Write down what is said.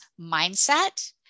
mindset